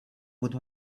would